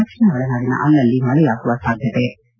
ದಕ್ಷಿಣ ಒಳನಾಡಿನ ಅಲ್ಲಲ್ಲಿ ಮಳೆಯಾಗುವ ಸಾಧ್ಯತೆ ಇದೆ